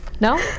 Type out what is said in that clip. No